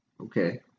okay